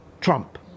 Trump